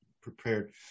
prepared